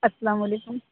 السّلام علیکم